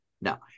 No